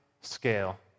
scale